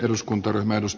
arvoisa puhemies